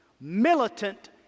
militant